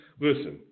Listen